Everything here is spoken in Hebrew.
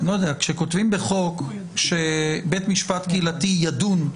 כאשר כותבים בחוק שבית משפט קהילתי ידון.